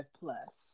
plus